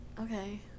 okay